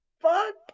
fuck